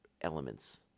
elements